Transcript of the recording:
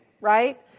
Right